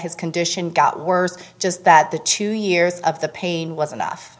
his condition got worse just that the two years of the pain was enough